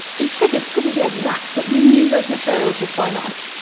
these figures couldn't be exact, but we knew those materials were finite.